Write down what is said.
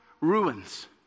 Ruins